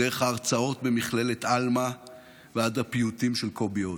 דרך ההרצאות במכללת עלמא ועד הפיוטים של קובי אוז.